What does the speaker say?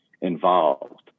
involved